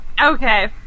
Okay